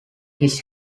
his